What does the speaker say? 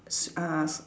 s~ uh s~